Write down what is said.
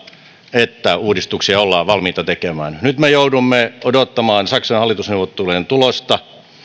että uudistuksia ollaan valmiita tekemään nyt me joudumme odottamaan saksan hallitusneuvottelujen tulosta